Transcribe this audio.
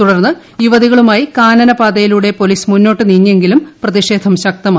തുടർന്ന് യുവതികളുമായി കാനനപാതയിലൂടെ പോലീസ് മുന്നോട്ടു നീങ്ങിയെങ്കിലും പ്രതിഷേധം ശക്തമായി